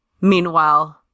meanwhile